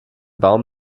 baum